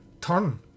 turn